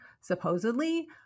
supposedly